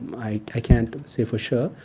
i can't say for sure.